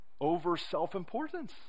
over-self-importance